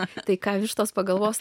apie tai ką vištos pagalvos